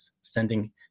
sending